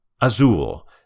Azul